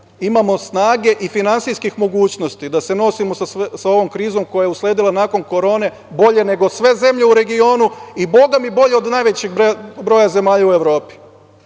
imamo snage i finansijskih mogućnosti da se nosimo sa ovom krizom koja je usledila nakon korone bolje nego sve zemlje u regionu i boga mi bolje od najvećeg broja zemalja u Evropi.